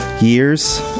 years